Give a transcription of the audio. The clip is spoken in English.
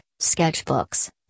sketchbooks